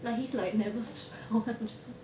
like his like never swell [one]